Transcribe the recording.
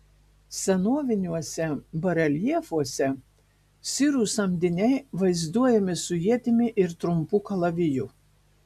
senoviniuose bareljefuose sirų samdiniai vaizduojami su ietimi ir trumpu kalaviju